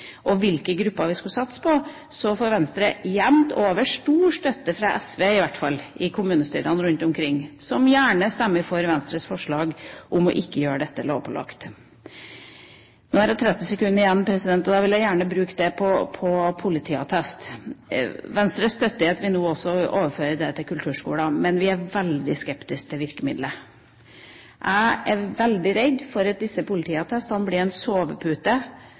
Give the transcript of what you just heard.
og hvilke grupper vi skulle satse på, får Venstre jevnt over stor støtte fra i hvert fall SV i kommunestyrene rundt omkring, som gjerne stemmer for Venstres forslag om ikke å gjøre dette lovpålagt. Nå har jeg 30 sekunder igjen, og da vil jeg gjerne bruke dem på politiattest. Venstre støtter at vi nå overfører det til kulturskolene, men vi er veldig skeptiske til virkemiddelet. Jeg er veldig redd for at disse politiattestene blir en sovepute